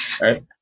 right